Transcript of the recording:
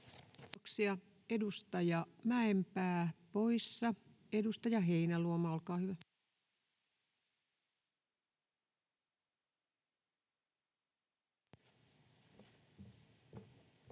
Content: Edustaja Mäenpää poissa. — Edustaja Heinäluoma, olkaa hyvä. [Speech